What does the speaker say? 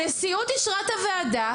הנשיאות אישרה את הוועדה,